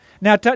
Now